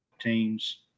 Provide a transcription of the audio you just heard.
teams